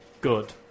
good